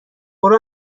برو